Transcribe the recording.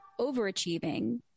overachieving